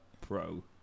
Pro